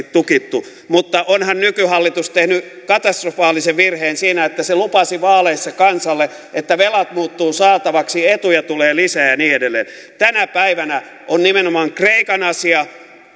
tukittu mutta onhan nykyhallitus tehnyt katastrofaalisen virheen siinä että se lupasi vaaleissa kansalle että velat muuttuvat saataviksi ja etuja tulee lisää ja ja niin edelleen tänä päivänä on nimenomaan kreikan asia